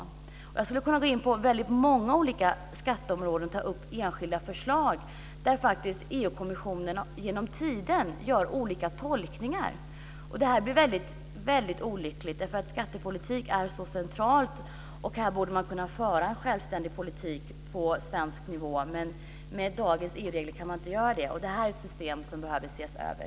Jag skulle kunna gå in på många skatteområden och ta upp enskilda förslag som EU:s kommission över tiden har gjort olika tolkningar av. Detta är väldigt olyckligt, för skattepolitik är ett centralt område där man borde kunna föra en självständig politik på svensk nivå. Med dagens EU-regler kan man inte göra det, och det är en ordning som behöver ses över.